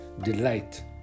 Delight